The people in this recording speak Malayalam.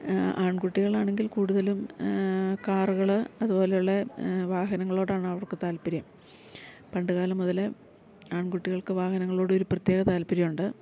ആൺകുട്ടികളാണെങ്കിൽ കൂട്തലും കാറുകള് അതുപോലുള്ള വാഹനങ്ങളോടാണവർക്ക് താല്പര്യം പണ്ട്കാലം മുതല് ആൺകുട്ടികൾക്ക് വാഹനങ്ങളോടൊരു പ്രത്യേക താല്പര്യമുണ്ട്